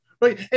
Right